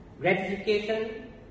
gratification